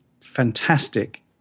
fantastic